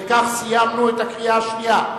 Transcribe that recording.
ובכך סיימנו את הקריאה השנייה.